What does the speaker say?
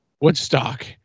Woodstock